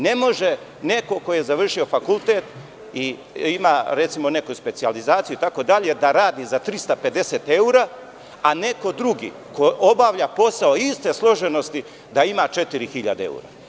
Ne može neko ko je završio fakultet i ima neku specijalizaciju itd, da radi za 350 evra, a neko drugi ko obavlja posao iste složenosti da ima 4.000 evra.